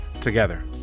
together